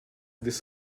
this